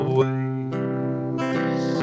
ways